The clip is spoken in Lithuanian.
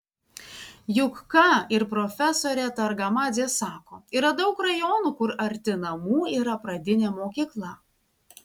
juk ką ir profesorė targamadzė sako yra daug rajonų kur arti namų yra pradinė mokykla